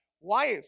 wife